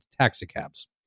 taxicabs